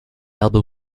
album